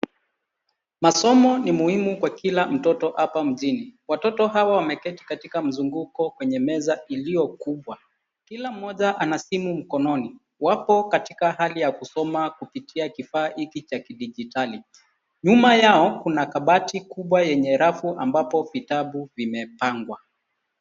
Masomo ni muhimu kwa kila mtoto hapa mjini. Watoto hawa wameketi katika mzunguko kwenye meza iliyo kubwa. Kila mmoja ana simu mkononi, wapo katika hali ya kusoma kupitia kifaa hiki cha kidijitali. Nyuma yao kuna kabati kubwa yenye rafu ambapo vitabu vimepangwa.